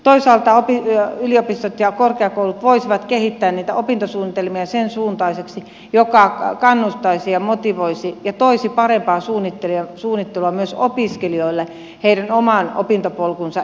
toisaalta yliopistot ja korkeakoulut voisivat kehittää niitä opintosuunnitelmia sensuuntaisiksi että ne kannustaisivat ja motivoisivat ja toisivat parempaa suunnittelua myös opiskelijoille heidän oman opintopolkunsa eteenpäinviemiseksi